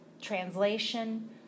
translation